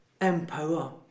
empower